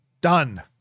done